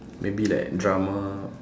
maybe like drama